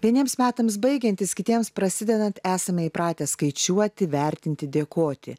vieniems metams baigiantis kitiems prasidedant esame įpratę skaičiuoti vertinti dėkoti